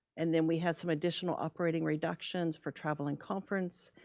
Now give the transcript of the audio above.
and then we had some additional operating reductions for traveling conference,